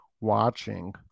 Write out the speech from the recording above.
watching